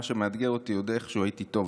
במה שמאתגר אותי עוד איכשהו הייתי טוב,